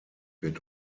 wird